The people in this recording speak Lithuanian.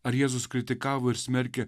ar jėzus kritikavo ir smerkė